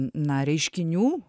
na reiškinių